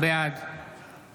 בעד